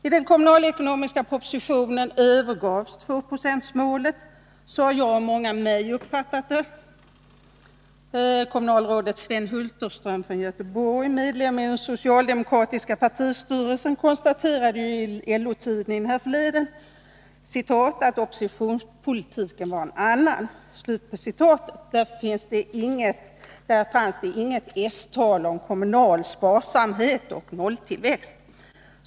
I den kommunalekonomiska propositionen övergavs tvåprocentsmålet. Så har jag och många med mig uppfattat det. Kommunalrådet Sven Hulterström från Göteborg, medlem av den socialdemokratiska partistyrelsen, konstaterade t.ex. härförleden i LO-tidningen att ”oppositionspolitiken var en annan”. Där fanns inget s-tal om kommunal sparsamhet och nolltillväxt.